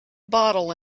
bottle